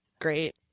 Great